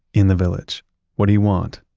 in the village what do you want?